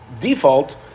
default